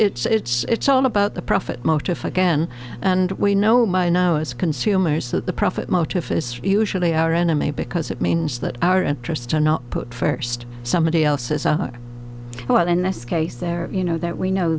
there's it's all about the profit motive again and we know my know as consumers so the profit motive is usually our enemy because it means that our interests are not put first somebody else as well in this case there you know that we know